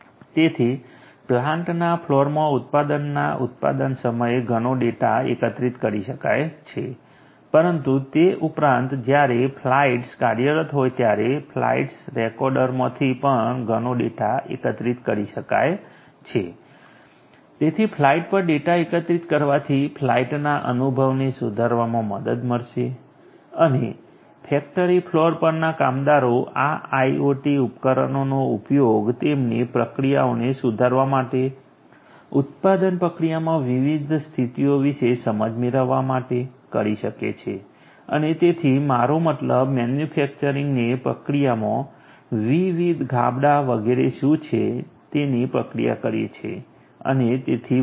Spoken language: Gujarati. તેથી પ્લાન્ટના ફ્લોરમાં ઉત્પાદનના ઉત્પાદન સમયે ઘણો ડેટા એકત્રિત કરી શકાય છે પરંતુ તે ઉપરાંત જ્યારે ફ્લાઈટ્સ કાર્યરત હોય ત્યારે ફ્લાઈટ રેકોર્ડરમાંથી પણ ઘણો ડેટા એકત્રિત કરી શકાય છે તેથી ફ્લાઇટ પર ડેટા એકત્રિત કરવાથી ફ્લાઇટના અનુભવને સુધારવામાં મદદ મળશે અને ફેક્ટરી ફ્લોર પરના કામદારો આ IoT ઉપકરણોનો ઉપયોગ તેમની પ્રક્રિયાઓને સુધારવા માટે ઉત્પાદન પ્રક્રિયામાં વિવિધ સ્થિતિઓ વિશે સમજ મેળવવા માટે કરી શકે છે અને તેથી મારો મતલબ મેન્યુફેક્ચરિંગે પ્રક્રિયામાં વિવિધ ગાબડાં વગેરે શું છે તેની પ્રક્રિયા કરી છે અને તેથી વધુ